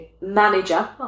manager